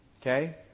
Okay